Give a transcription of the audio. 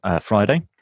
Friday